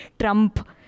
Trump